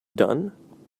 done